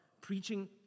Preaching